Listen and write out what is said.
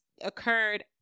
occurred